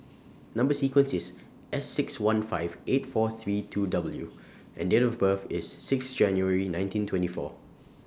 Number sequence IS S six one five eight four three two W and Date of birth IS six January nineteen twenty four